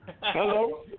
Hello